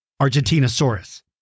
Argentinosaurus